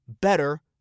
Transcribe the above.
better